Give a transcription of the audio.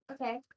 Okay